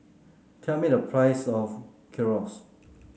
tell me the price of Gyros